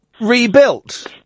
rebuilt